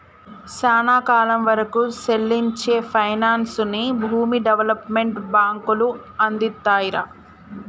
సానా కాలం వరకూ సెల్లించే పైనాన్సుని భూమి డెవలప్మెంట్ బాంకులు అందిత్తాయిరా